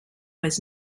was